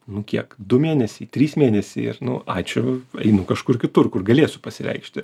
nu kiek du mėnesiai trys mėnesiai ir nu ačiū einu kažkur kitur kur galėsiu pasireikšti